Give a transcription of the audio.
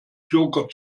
joker